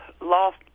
lost